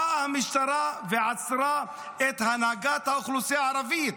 באה המשטרה ועצרה את הנהגת האוכלוסייה הערבית.